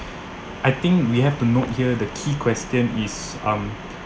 I think we have to note here the key question is um